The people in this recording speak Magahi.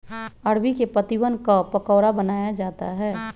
अरबी के पत्तिवन क पकोड़ा बनाया जाता है